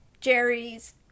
Jerry's